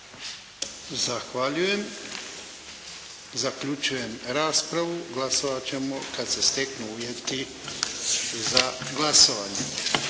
Zahvaljujem. Zaključujem raspravu. Glasovat ćemo kad se steknu uvjeti za glasovanje.